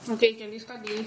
okay can lift up this